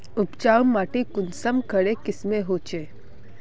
उपजाऊ माटी कुंसम करे किस्मेर होचए?